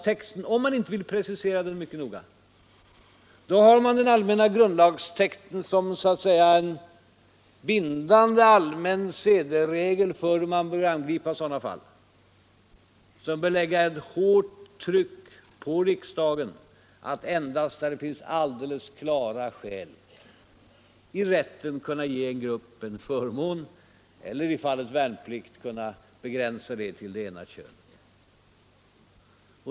Men om man inte vill precisera mycket noga, har man den allmänna grundlagstexten som så att säga en bindande allmän sederegel för hur man bör angripa sådana fall, en regel som bör lägga ett hårt tryck på riksdagen att endast när det finns alldeles klara skäl kunna ge en grupp en förmån i rätten, eller i fallet värnplikt kunna göra en begränsning till det ena könet.